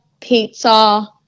pizza